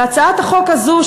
והצעת החוק הזו,